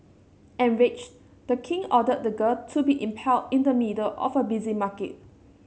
enraged the king ordered the girl to be impaled in the middle of a busy market